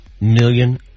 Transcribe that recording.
million